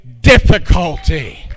difficulty